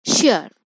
Sure